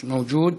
מיש מאוג'וד.